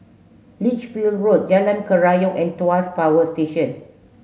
Lichfield Road Jalan Kerayong and Tuas Power Station